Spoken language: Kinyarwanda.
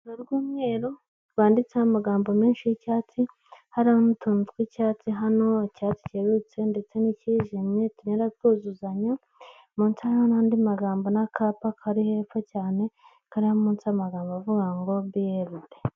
Urupapuro rw'umweru rwanditseho amagambo menshi y'icyatsi hariho n'utuntu tw'icyatsi hano icyatsi kerurutse ndetse n'ikijimye tugenda twuzuzanya, munsi hariho n'andi magambo n'akapa kari hepfo cyane kari munsi y'amagambo avuga ngo biyeride.